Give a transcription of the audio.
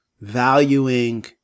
valuing